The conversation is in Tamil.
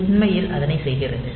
இது உண்மையில் அதனைச் செய்கிறது